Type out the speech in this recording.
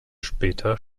später